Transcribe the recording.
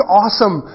awesome